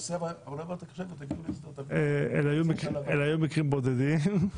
אלה היו מקרים בודדים,